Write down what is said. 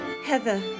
Heather